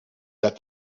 that